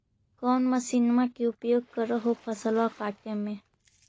कौन मसिंनमा के उपयोग कर हो फसलबा काटबे में?